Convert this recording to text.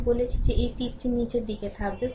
আমি বলেছি যে এই তীরটি নীচের দিকে থাকবে